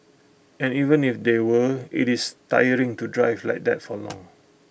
and even if there were IT is tiring to drive like that for long